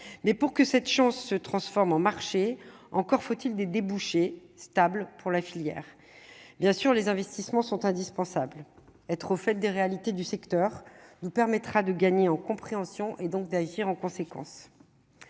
mais pour que cette chance se transforme en marché, encore faut-il des débouchés stables pour la filière, bien sûr, les investissements sont indispensables, être au fait des réalités du secteur nous permettra de gagner en compréhension et donc d'agir en conséquence,